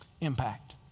impact